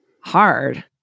hard